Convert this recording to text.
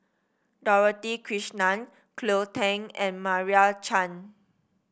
Dorothy Krishnan Cleo Thang and Meira Chand